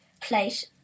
place